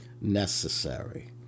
necessary